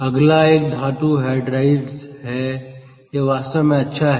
अगला एक धातु हाइड्राइड्स है यह वास्तव में अच्छा है